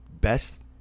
best